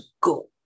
go